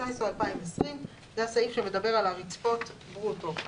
או 2020״. זה הסעיף שמדבר על הרצפות ברוטו.